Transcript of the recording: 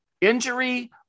injury